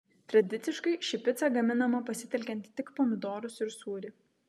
tradiciškai ši pica gaminama pasitelkiant tik pomidorus ir sūrį